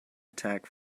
attack